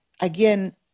Again